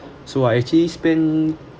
so I actually spend